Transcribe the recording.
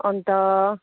अन्त